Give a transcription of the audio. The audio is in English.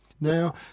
now